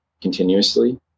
continuously